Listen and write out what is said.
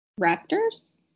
Raptors